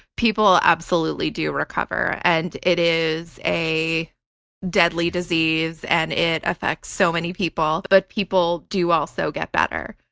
people absolutely do recover, and it is a deadly disease and it affects so many people, but people do also get better.